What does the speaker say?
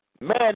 Man